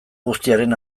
guztiaren